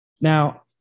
Now